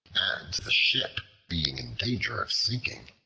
and the ship being in danger of sinking,